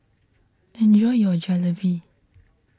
enjoy your Jalebi